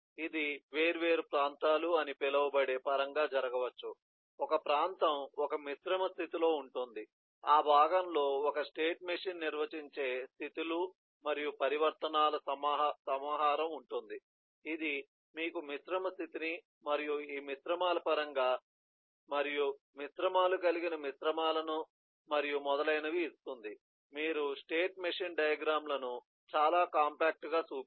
ఇది వేర్వేరు ప్రాంతాలు అని పిలువబడే పరంగా జరగవచ్చు ఒక ప్రాంతం ఒక మిశ్రమ స్థితిలో ఉంటుంది ఆ భాగంలో ఒక స్టేట్ మెషీన్ నిర్వచించే స్థితి లు మరియు పరివర్తనాల సమాహారం ఉంటుంది ఇది మీకు మిశ్రమ స్థితిని మరియు ఈ మిశ్రమాల పరంగా మరియు మిశ్రమాలు కలిగిన మిశ్రమాల ను మరియు మొదలైనవి ఇస్తుంది మీరు స్టేట్ మెషిన్ డయాగ్రమ్ లను చాలా కాంపాక్ట్ గా సూచించవచ్చు